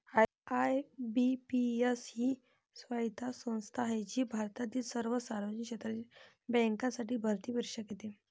IBPS ही स्वायत्त संस्था आहे जी भारतातील सर्व सार्वजनिक क्षेत्रातील बँकांसाठी भरती परीक्षा घेते